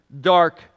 dark